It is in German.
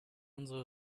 unsere